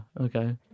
Okay